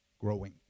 Growing